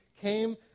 came